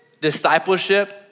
discipleship